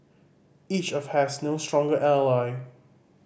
each of has no stronger ally